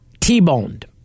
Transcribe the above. T-boned